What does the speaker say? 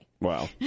Wow